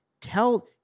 tell